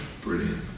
brilliant